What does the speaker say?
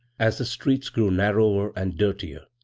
as the streets grew narrower and dirtier,